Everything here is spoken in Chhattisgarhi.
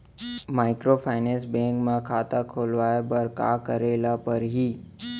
माइक्रोफाइनेंस बैंक म खाता खोलवाय बर का करे ल परही?